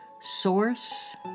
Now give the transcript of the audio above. source